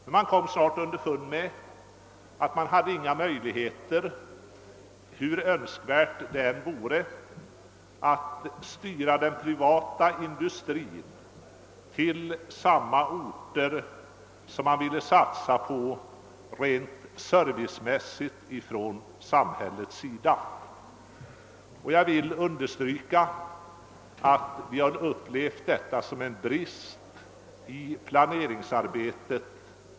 Men man kom snart underfund med att det inte fanns några möjligheter — hur önskvärt det än vore — att styra den privata industrin till samma orter som samhället ville satsa på rent servicemässigt. Jag understryker att vi inom planeringsrådet upplevt detta som en brist i planeringsarbetet.